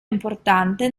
importante